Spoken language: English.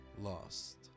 lost